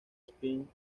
spin